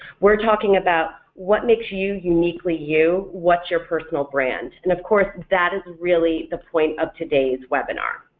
we're talking about what makes you uniquely you, what's your personal brand, and of course that is really the point of today's webinar.